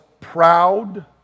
proud